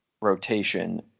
rotation